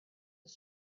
his